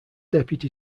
deputy